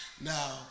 Now